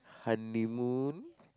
honeymoon